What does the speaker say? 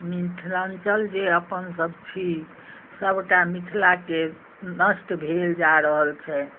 मिथिलाञ्चल जे अपनसभ छी सभटा मिथिलाके नष्ट भेल जा रहल छै